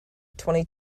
twenty